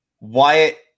Wyatt